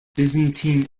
byzantine